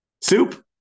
Soup